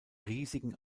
riesigen